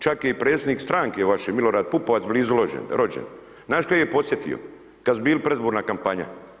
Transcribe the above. Čak je i predsjednik stranke vaš Milorad Pupovac blizu rođen, znaš kad ih je posjetio, kad su bili predizborna kampanja.